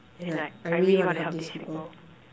and like I really want to help these people